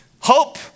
Hope